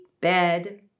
bed